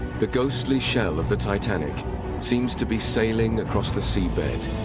the ghostly shell of the titanic seems to be sailing across the seabed.